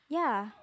ya